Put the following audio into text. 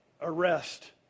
arrest